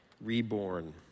reborn